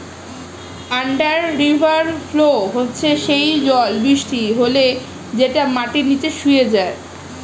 under river flow হচ্ছে সেই জল বৃষ্টি হলে যেটা মাটির নিচে শুষে যায়